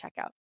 checkout